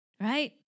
Right